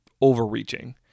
overreaching